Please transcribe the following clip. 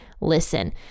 listen